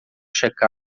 check